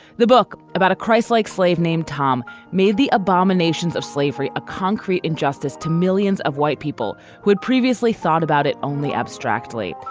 the book about a christlike slave named tom made the abominations of slavery a concrete injustice to millions of white people who had previously thought about it only abstractly.